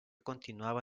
continuaba